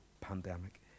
pandemic